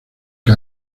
que